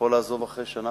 יכול לעזוב אחרי שנה,